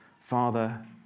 Father